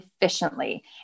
efficiently